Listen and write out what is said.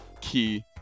key